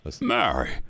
Mary